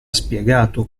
spiegato